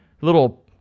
little